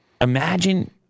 imagine